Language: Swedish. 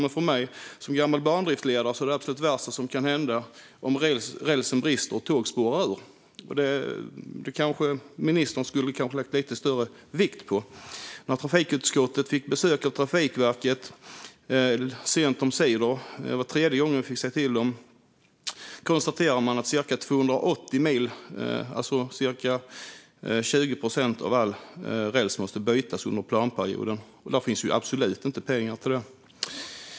Det är för mig som gammal bandriftledare det absolut värsta som kan hända om rälsen brister och tåg spårar ur. Det skulle ministern kanske lagt lite större vikt på. När trafikutskottet fick besök av Trafikverket sent omsider - det var tredje gången jag fick säga till - konstaterade man att cirka 280 mil, cirka 20 procent, av all räls måste bytas under planperioden. Det finns absolut inte pengar till det.